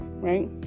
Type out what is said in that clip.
Right